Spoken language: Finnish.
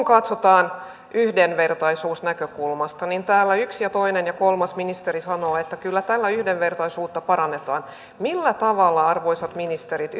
katsotaan yhdenvertaisuusnäkökulmasta niin täällä yksi ja toinen ja kolmas ministeri sanoo että kyllä tällä yhdenvertaisuutta parannetaan millä tavalla arvoisat ministerit